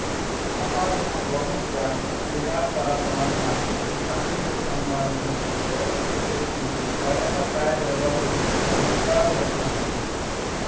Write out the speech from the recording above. हमर इहाँ बहुत कन तिहार परब मन ह किसानी ले संबंधित होय के सेती बरोबर गाय गरुवा के महत्ता होथे